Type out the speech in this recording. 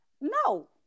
no